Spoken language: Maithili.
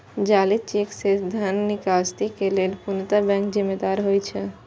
जाली चेक सं धन निकासी के लेल पूर्णतः बैंक जिम्मेदार होइ छै